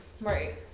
Right